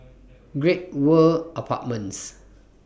Great World Apartments